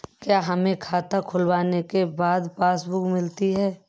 क्या हमें खाता खुलवाने के बाद पासबुक मिलती है?